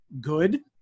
good